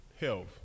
health